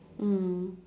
mm